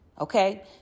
okay